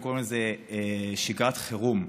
הם קוראים לזה שגרת חירום,